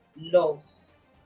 laws